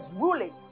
ruling